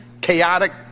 chaotic